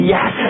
Yes